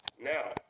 Now